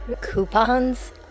Coupons